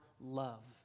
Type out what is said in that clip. love